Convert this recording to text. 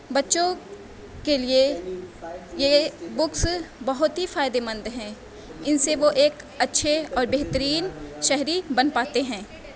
بچوں کے لئے یہ بکس بہت ہی فائدے مند ہیں ان سے وہ ایک اچھے اور بہترین شہری بن پاتے ہیں